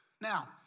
Now